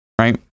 Right